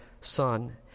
son